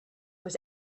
was